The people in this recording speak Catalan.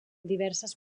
diverses